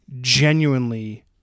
genuinely